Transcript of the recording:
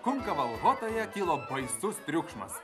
kunkavalchotoje kilo baisus triukšmas